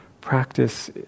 practice